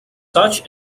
such